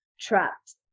trapped